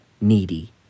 needy